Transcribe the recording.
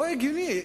לא הגיוני.